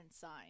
sign